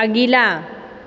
अगिला